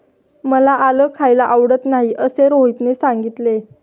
मला आलं खायला आवडत नाही असे रोहितने सांगितले